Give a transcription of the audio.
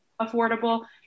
affordable